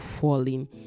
falling